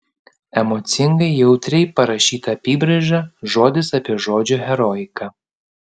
emocingai jautriai parašyta apybraiža žodis apie žodžio heroiką